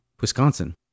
Wisconsin